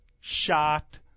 shot